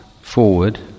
forward